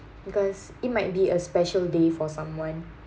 because it might be a special day for someone